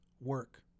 work